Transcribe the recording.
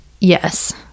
Yes